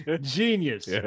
genius